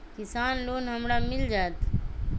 किसान लोन हमरा मिल जायत?